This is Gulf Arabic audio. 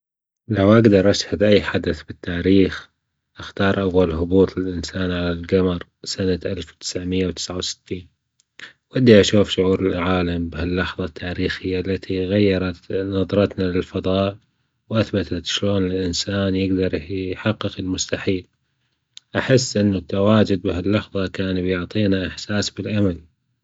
لو أجدر أشهد أي حدث بالتاريخ أختار أول هبوط للإنسان على القمر سنة ألف وتسع مية وتسعة وستين، ودي أشوف شعور العالم بهاللحظة التاريخية التي غيرت نظرتنا للفضاء وأثبتت شلون الإنسان يجدر يحقق المستحيل أحس إن التواجد بهاللحظة كان بيعطينا إحساس بالأمل.